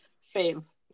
Fave